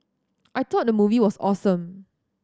I thought the movie was awesome